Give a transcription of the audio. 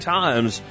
times